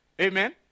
Amen